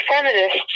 feminists